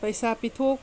ꯄꯩꯁꯥ ꯄꯤꯊꯣꯛ